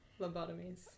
lobotomies